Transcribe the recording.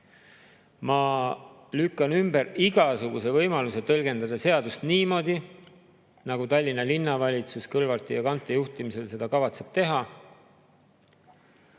Ma lükkan ümber igasuguse võimaluse tõlgendada seadust niimoodi, nagu Tallinna Linnavalitsus Kõlvarti ja Kante juhtimisel seda kavatseb teha.